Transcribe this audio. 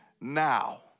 now